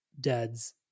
dad's